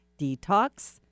Detox